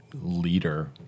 leader